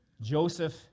Joseph